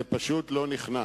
זה פשוט לא נכנס.